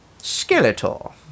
Skeletor